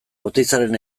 oteizaren